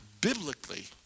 biblically